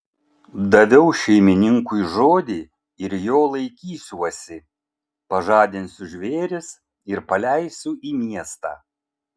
daviau šeimininkui žodį ir jo laikysiuosi pažadinsiu žvėris ir paleisiu į miestą